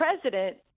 president